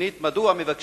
2. מדוע מבקשים